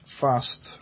fast